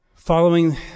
following